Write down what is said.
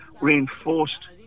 reinforced